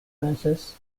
verses